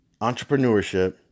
entrepreneurship